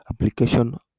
application